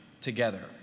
Together